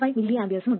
75 mA ഉം ഉണ്ട്